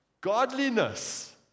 godliness